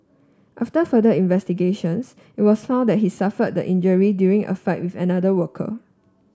after further investigations it was found that he suffered the injury during a fight with another worker